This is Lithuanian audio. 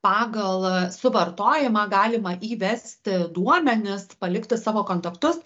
pagal suvartojimą galima įvesti duomenis palikti savo kontaktus